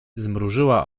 zmrużyła